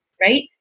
right